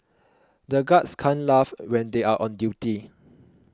the guards can't laugh when they are on duty